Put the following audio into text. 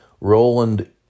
Roland